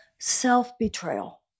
self-betrayal